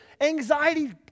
anxiety